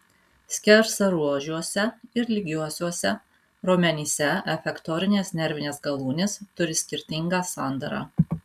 skersaruožiuose ir lygiuosiuose raumenyse efektorinės nervinės galūnės turi skirtingą sandarą